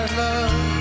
love